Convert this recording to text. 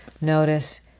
notice